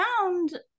found